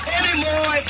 anymore